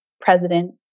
president